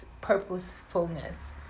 purposefulness